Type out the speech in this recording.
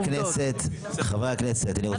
חברי הכנסת, אני רוצה לאפשר.